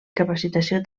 capacitació